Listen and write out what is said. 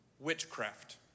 witchcraft